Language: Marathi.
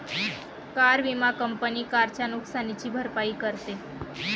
कार विमा कंपनी कारच्या नुकसानीची भरपाई करते